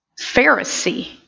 Pharisee